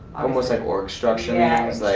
almost like org structured yeah